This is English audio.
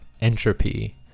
entropy